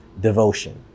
devotion